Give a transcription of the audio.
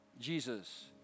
Jesus